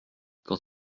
quand